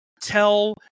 Tell